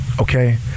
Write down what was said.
okay